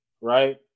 right